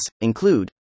include